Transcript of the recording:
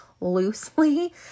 loosely